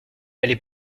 aller